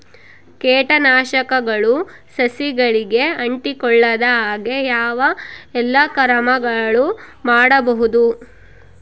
ಕೇಟನಾಶಕಗಳು ಸಸಿಗಳಿಗೆ ಅಂಟಿಕೊಳ್ಳದ ಹಾಗೆ ಯಾವ ಎಲ್ಲಾ ಕ್ರಮಗಳು ಮಾಡಬಹುದು?